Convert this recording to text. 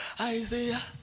Isaiah